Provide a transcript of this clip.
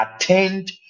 attained